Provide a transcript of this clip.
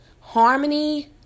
Harmony